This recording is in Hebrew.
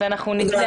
בבקשה.